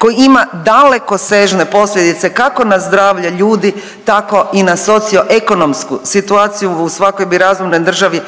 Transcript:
koji ima dalekosežne posljedice kako na zdravlje ljudi tako i na socioekonomsku situaciju u svakoj bi razumnoj državi